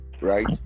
right